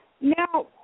Now